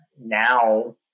Now